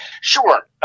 Sure